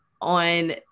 on